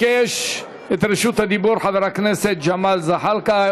ביקש את רשות הדיבור חבר הכנסת ג'מאל זחאלקה,